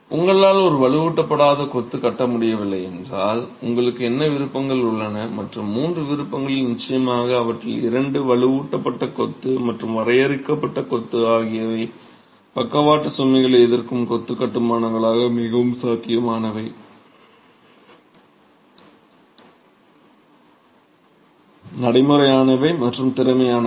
உங்களால் ஒரு வலுவூட்டப்படாத கொத்து கட்ட முடியவில்லை என்றால் உங்களுக்கு என்ன விருப்பங்கள் உள்ளன மற்றும் மூன்று விருப்பங்களில் நிச்சயமாக அவற்றில் இரண்டு வலுவூட்டப்பட்ட கொத்து மற்றும் வரையறுக்கப்பட்ட கொத்து ஆகியவை பக்கவாட்டு சுமைகளை எதிர்க்கும் கொத்து கட்டுமானங்களாக மிகவும் சாத்தியமானவ நடைமுறையானவை மற்றும் திறமையானவை